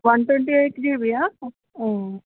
one twenty eight GB yeah